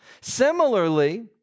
Similarly